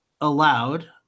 allowed